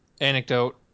Anecdote